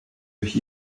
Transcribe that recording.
durch